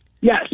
Yes